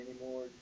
anymore